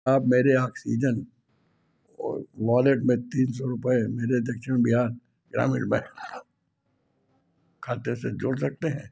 आप मेरे Oxigen wallet में तीन सौ रुपये मेरे दक्षिण बिहार ग्रामीण बैंक खाते से जोड़ सकते हैं